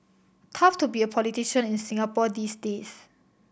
tough to be a politician in Singapore these days